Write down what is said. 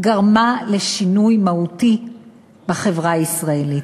גרמו לשינוי מהותי בחברה הישראלית.